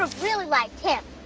ah really liked him.